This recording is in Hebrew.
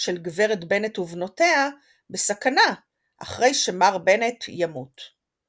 של גברת בנט ובנותיה בסכנה אחרי שמר בנט ימות.